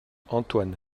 antoine